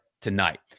Tonight